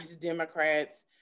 Democrats